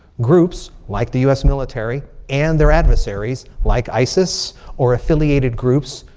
groups like the us military. and their adversaries, like isis or affiliated groups.